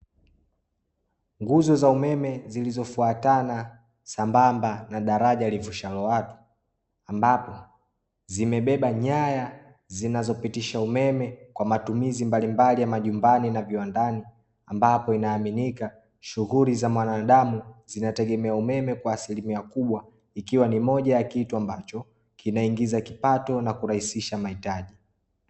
Nguzo za umeme zilizofuatana sambamba na daraja livushalo watu, ambapo zimebeba nyaya zinazopitisha umeme kwa matumizi mbalimbali ya majumbani na viwandani, ambapo inaaminika shughuli za mwanadamu zinategemea umeme kwa asilimia kubwa, ikiwa ni moja ya kitu ambacho kinaingiza kipato na kurahisisha mahitaji.